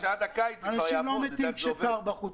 אנשים לא מתים כשקר בחוץ,